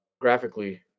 graphically